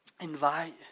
invite